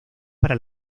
para